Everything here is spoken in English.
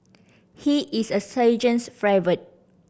he is the sergeant's favourite